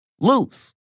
lose